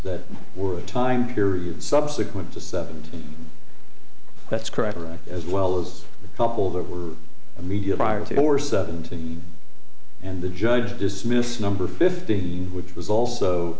that were a time period subsequent to seventeen that's correct as well as a couple that were media prior to or seventeen and the judge dismissed number fifteen which was also